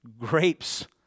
grapes